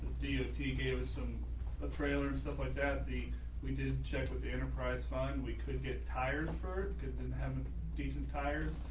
deity gave us some ah trailer and stuff like that the we did check with the enterprise fun we could get tires for good and have decent tires.